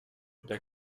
der